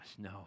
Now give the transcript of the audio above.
no